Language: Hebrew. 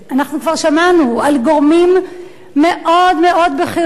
כבר שמענו על גורמים מאוד בכירים,